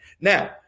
now